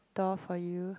door for you